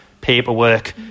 Paperwork